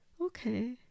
Okay